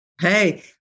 Hey